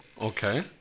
Okay